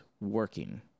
working